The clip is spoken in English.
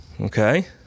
Okay